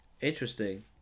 Interesting